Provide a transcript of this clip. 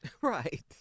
Right